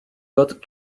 got